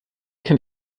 kann